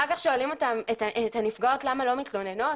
אחר כך שואלים אותן למה לא מתלוננות.